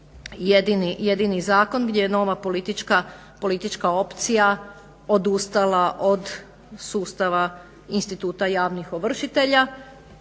jedini zakon gdje je nova politička opcija odustala od sustava instituta javnih ovršitelja,